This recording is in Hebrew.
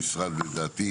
המשרד, לדעתי